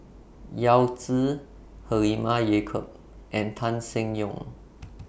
Yao Zi Halimah Yacob and Tan Seng Yong